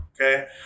okay